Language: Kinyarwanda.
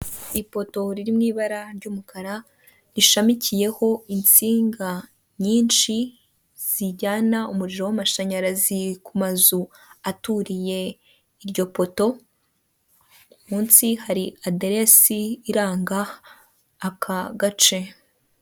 Ipoto riri mu ibara ry’umukara rishamikiyeho insinga nyinshi zijyana umuriro w’amashanyarazi ku mazu aturiye iryo poto. Munsi hari aderesi iranga aka gace.